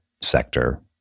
sector